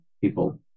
people